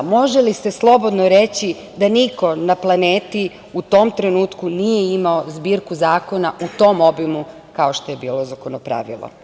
Može li se slobodno reći da niko na planeti u tom trenutku nije imao zbirku zakona u tom obimu kao što je bilo Zakonopravilo.